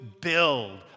build